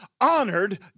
honored